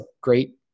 great